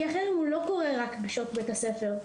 כי אכן הוא לא קורה רק בשעות בית הספר,